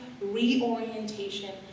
reorientation